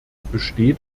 besteht